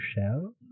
shell